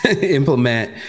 implement